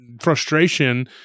frustration